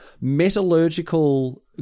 metallurgical